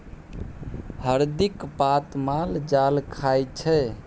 हरदिक पात माल जाल खाइ छै